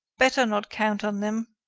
better not count on them.